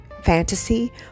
fantasy